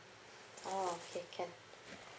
oh okay can